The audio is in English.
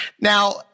Now